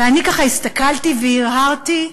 ואני ככה הסתכלתי והרהרתי,